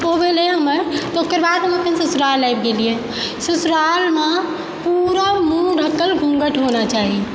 ओ भेलै हमर तऽ ओकरबाद हम अपन ससुराल आबि गेलिए ससुरालमे पूरा मुँह ढ़कल घूँघट होना चाही